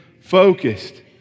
focused